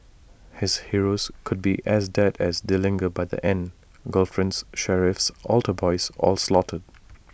his heroes could be as dead as Dillinger by the end girlfriends sheriffs altar boys all slaughtered